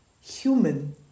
human